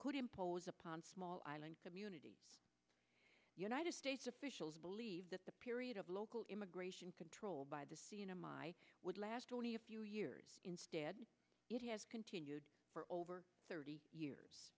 could impose upon small island community united states officials believe that the period of local immigration controlled by the c m i would last only a few years instead it has continued for over thirty years